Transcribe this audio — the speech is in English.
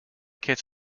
kit